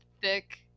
thick